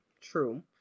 true